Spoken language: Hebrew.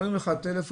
מרים לך טלפון,